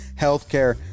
healthcare